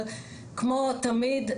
כמו תמיד,